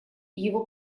его